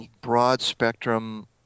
broad-spectrum